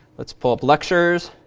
let's pull up lectures.